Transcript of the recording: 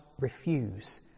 refuse